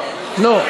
לא.